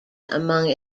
among